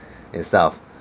instead of